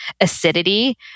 acidity